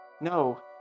no